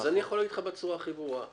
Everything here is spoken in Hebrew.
אז אני יכול להגיד לך בצורה הכי ברורה.